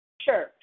Sure